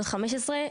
בת 15,